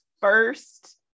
first